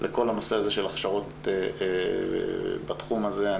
לכל הנושא של הכשרות בתחום הזה.